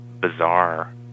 bizarre